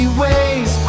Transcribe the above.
ways